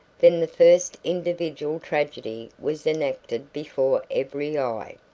then the first individual tragedy was enacted before every eye.